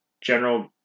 general